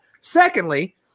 Secondly